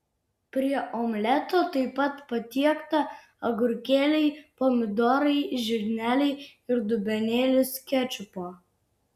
prie omleto taip pat patiekta agurkėliai pomidorai žirneliai ir dubenėlis kečupo